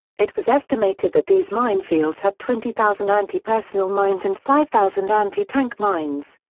it was estimated that these minefields had twenty thousand anti-personnel mines and five thousand anti-tank mines.